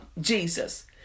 Jesus